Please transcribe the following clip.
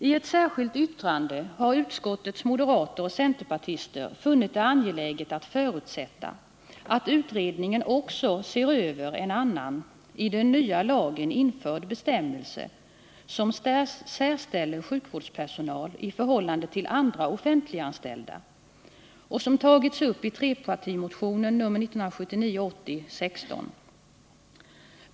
I ett särskilt yttrande har utskottets moderater och centerpartister funnit det angeläget att förutsätta att utredningen också ser över en annan, i den nya lagen införd, bestämmelse, som särställer sjukvårdspersonal i förhållande till andra offentliganställda och som tagits upp i trepartimotionen 1979/80:16.